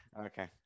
Okay